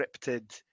scripted